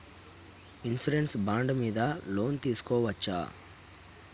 Insurance bond మీద loan తీస్కొవచ్చా?